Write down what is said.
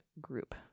group